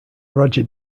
roger